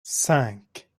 cinq